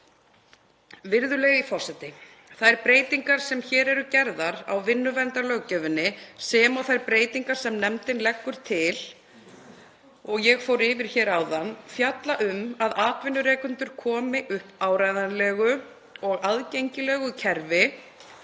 Virðulegi forseti. Þær breytingar sem hér eru gerðar á vinnuverndarlöggjöfinni, sem og þær breytingar sem nefndin leggur til og ég fór yfir hér áðan, fjalla um að atvinnurekendur komi upp áreiðanlegu og aðgengilegu kerfi